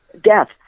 death